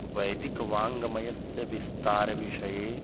वैदिक् वाङ्गमयस्य विस्तारविषये